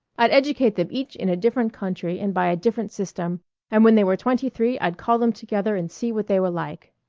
i'd educate them each in a different country and by a different system and when they were twenty-three i'd call them together and see what they were like.